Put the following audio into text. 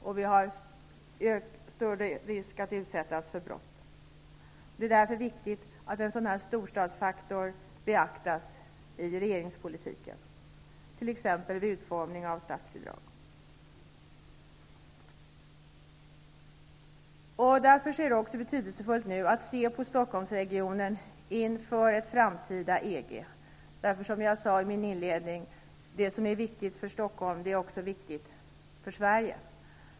Vi löper större risk att utsättas för brott. Det är därför viktigt att en sådan här storstadsfaktor beaktas i regeringspolitiken, t.ex. Därför är det nu också betydelsefullt att se på Stockholmsregionen inför ett framtida EG. Som jag sade i min inledning -- det som är viktigt för Stockholm är också viktigt för Sverige.